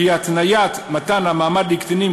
כי התניית מתן המעמד לקטינים,